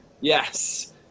Yes